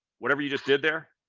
whatever you just did there,